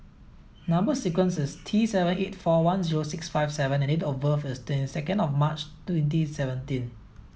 number sequence is T seven eight four one zero six five V and date of birth is ten second of March twenty seventeen